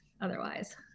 otherwise